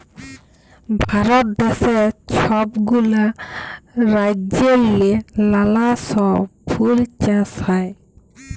ভারত দ্যাশে ছব গুলা রাজ্যেল্লে লালা ছব ফুল চাষ হ্যয়